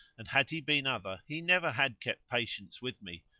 and had he been other he never had kept patience with me,